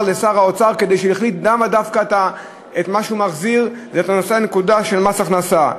על שר האוצר כשהחליט דווקא להחזיר את נושא הנקודה של מס הכנסה.